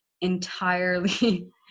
entirely